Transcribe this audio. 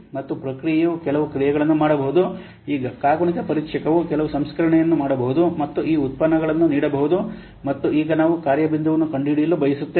ಮತ್ತು ಪ್ರಕ್ರಿಯೆಯು ಕೆಲವು ಪ್ರಕ್ರಿಯೆಗಳನ್ನು ಮಾಡಬಹುದು ಈ ಕಾಗುಣಿತ ಪರೀಕ್ಷಕವು ಕೆಲವು ಸಂಸ್ಕರಣೆಯನ್ನು ಮಾಡಬಹುದು ಮತ್ತು ಈ ಉತ್ಪನ್ನಗಳನ್ನು ನೀಡಬಹುದು ಮತ್ತು ಈಗ ನಾವು ಕಾರ್ಯ ಬಿಂದುವನ್ನು ಕಂಡುಹಿಡಿಯಲು ಬಯಸುತ್ತೇವೆ